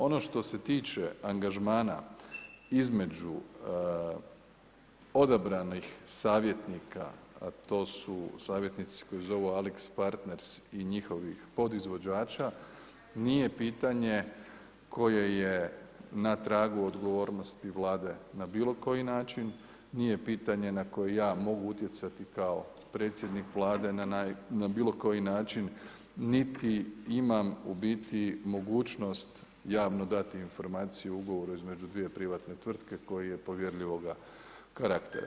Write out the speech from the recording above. Ono što se tiče angažmana između odabranih savjetnika a to su savjetnici koji se zovu AlixPartners i njihovih podizvođača, nije pitanje koje je na tragu odgovornosti Vlade na bilokoji način, nije pitanje na koje ja mogu utjecati kao predsjednik Vlade na bilokoji način niti imam u biti mogućnost javno dati informaciju o ugovoru između dvije privatne tvrtke koje je povjerljivoga karaktera.